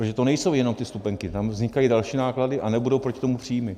Protože to nejsou jenom ty vstupenky, tam vznikají další náklady a nebudou proti tomu příjmy.